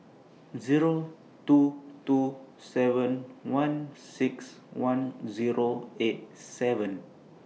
Zero two two seven one six one Zero eight seven